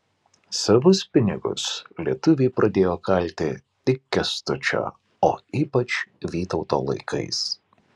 savus pinigus lietuviai pradėjo kalti tik kęstučio o ypač vytauto laikais